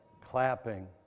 Clapping